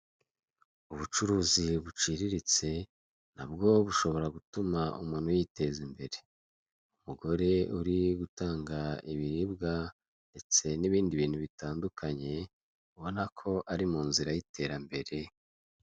Ubucuruzi buciriritse, nabwo bushobora gutuma umuntu yiteza imbere. Umugore uri gutanga ibiribwa, ndetse n'ibindi bintu bitandukanye, ubona ko ari mu nzira y'iterambere.